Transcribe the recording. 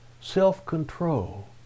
self-control